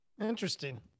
Interesting